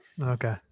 Okay